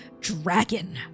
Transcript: dragon